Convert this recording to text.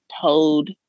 told